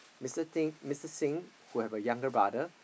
Mr Sing Mr Thin who have a younger brother